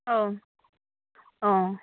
औ अ